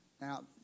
Now